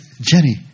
Jenny